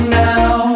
now